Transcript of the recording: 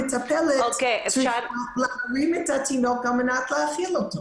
מטפלת צריכה להרים את התינוק על מנת להאכיל אותו.